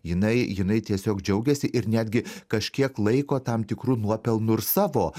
jinai jinai tiesiog džiaugiasi ir netgi kažkiek laiko tam tikru nuopelnu ir savo